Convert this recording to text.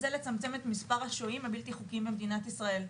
והיא לצמצם את מספר השוהים הבלתי חוקיים בישראל.